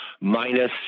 minus